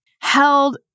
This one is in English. held